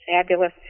fabulous